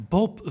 Bob